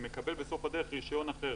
ומקבל בסוף הדרך רישיון אחר.